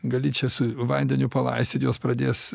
gali čia su vandeniu palaistyti jos pradės